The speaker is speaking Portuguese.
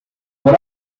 por